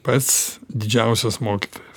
pats didžiausias mokytojas